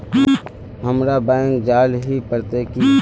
हमरा बैंक जाल ही पड़ते की?